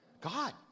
God